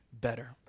better